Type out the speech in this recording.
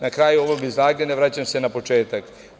Na kraju ovog izlaganja vraćam se na početak.